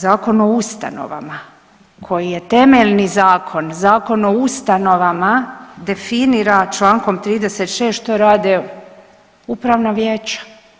Zakon o ustanovama koji je temeljni zakon, Zakon o ustanovama definira Člankom 36. što rade upravna vijeća.